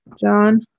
John